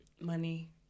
money